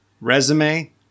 Resume